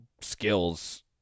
skills